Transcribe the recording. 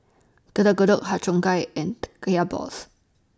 Getuk Getuk Har Cheong Gai and Kaya Balls